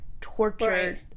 tortured